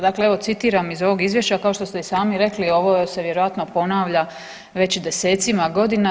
Dakle, evo citiram iz ovog Izvješća kao što ste i sami rekli ovo se vjerojatno ponavlja već desecima godina.